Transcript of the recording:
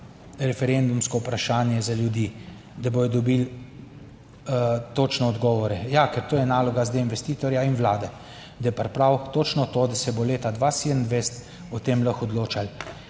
referendumsko vprašanje za ljudi, da bodo dobili točne odgovore. Ja, ker to je naloga zdaj investitorja in vlade, da pripravi točno to, da se bo leta 2027 o tem lahko odločalo